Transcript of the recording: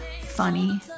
funny